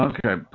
Okay